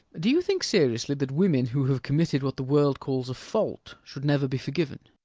do you think seriously that women who have committed what the world calls a fault should never be forgiven?